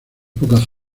pocas